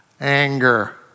anger